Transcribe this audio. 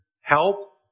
help